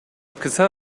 kısa